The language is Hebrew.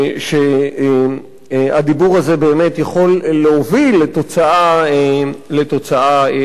שהדיבור הזה באמת יכול להוביל לתוצאה אחרת.